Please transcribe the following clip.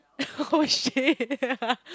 oh shit